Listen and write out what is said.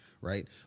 right